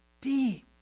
deep